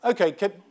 Okay